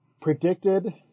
predicted